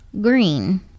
Green